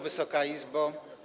Wysoka Izbo!